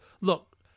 look